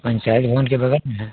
पंचायत भवन के बगल में है